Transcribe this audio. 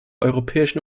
europäischen